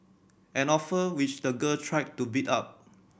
an offer which the girl tried to beat up